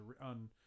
on